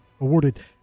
awarded